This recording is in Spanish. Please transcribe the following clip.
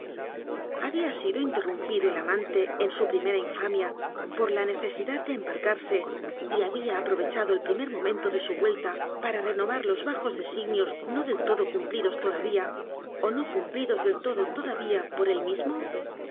había sido interrumpido el amante en su primera infamia por la necesidad de embarcarse y había aprovechado el primer momento de su vuelta para renovar los bajos designios no del todo cumplidos todavía ó no cumplidos del todo todavía por él mismo